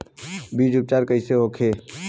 बीज उपचार कइसे होखे?